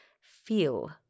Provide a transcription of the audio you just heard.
Feel